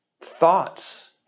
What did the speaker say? thoughts